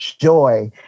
joy